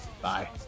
Bye